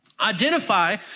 Identify